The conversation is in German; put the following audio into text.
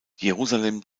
jerusalem